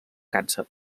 càncer